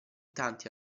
tanti